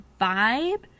vibe